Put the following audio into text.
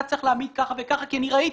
אתה צריך להעמיד כך וכך כי אני ראיתי,